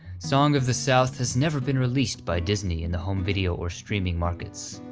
song of the south has never been released by disney in the home video or streaming markets,